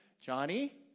Johnny